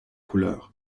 couleur